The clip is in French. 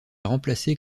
remplacé